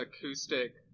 acoustic